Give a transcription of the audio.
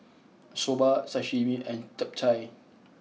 Soba Sashimi and Japchae